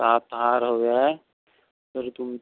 सात हार हवे आहे तरी तू